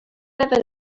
never